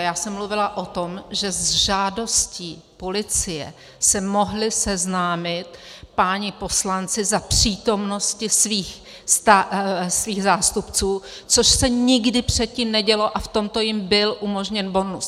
Já jsem mluvila o tom, že s žádostí policie se mohli seznámit páni poslanci za přítomnosti svých zástupců, což se nikdy předtím nedělo, a v tomto jim byl umožněn bonus.